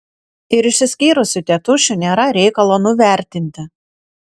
ir išsiskyrusių tėtušių nėra reikalo nuvertinti